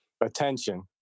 Attention